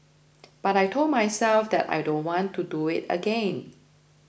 but I told myself that I don't want to do it again